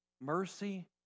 mercy